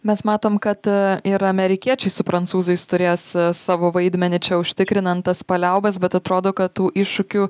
mes matom kad ir amerikiečiai su prancūzais turės savo vaidmenį čia užtikrinant tas paliaubas bet atrodo kad tų iššūkių